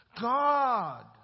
God